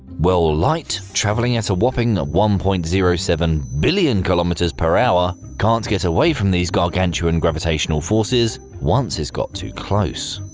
well, ah light, travelling at a whopping one point zero seven billion kilometres per hour, can't get away from these gargantuan gravitational forces once its got too close.